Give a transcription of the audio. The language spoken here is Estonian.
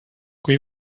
kui